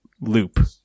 loop